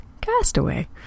castaway